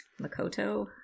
Makoto